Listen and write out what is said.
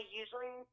usually